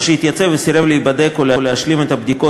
או שהתייצב וסירב להיבדק או להשלים את הבדיקות,